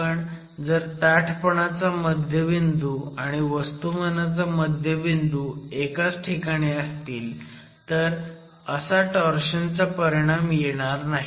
पण जर ताठपणाचा मध्यबिंदू आणि वस्तुमानाचा मध्यबिंदू एकाच ठिकाणी असतील तर असा टोर्शन चा परिणाम येणार नाही